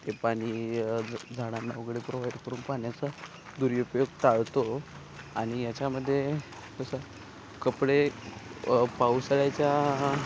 ते पाणी झाडांना वगैरे प्रोव्हाईड करून पाण्याचा दुरुपयोग टाळतो आणि याच्यामध्ये कसं कपडे पावसाळ्याच्या